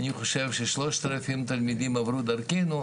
אני חושב ששלושת אלפים עברו דרכנו,